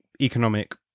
economic